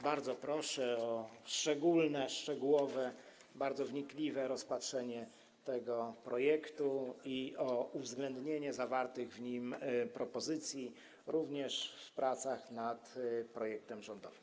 Bardzo proszę o szczególne, szczegółowe, bardzo wnikliwe rozpatrzenie tego projektu i o uwzględnienie zawartych w nim propozycji również w pracach nad projektem rządowym.